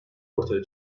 ortaya